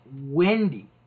Wendy